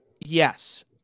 Yes